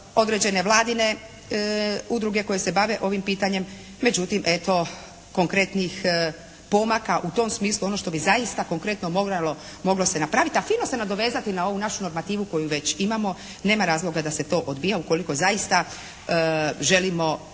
određene Vladine udruge koje se bave ovim pitanjem. Međutim evo, konkretnijih pomaka u tom smislu, ono što bi zaista konkretno moralo, moglo se napraviti a fino se nadovezati na ovu našu normativu koju već imamo i nema razloga da se to odbija ukoliko zaista želimo